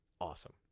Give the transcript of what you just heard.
awesome